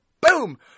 boom